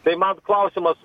tai man klausimas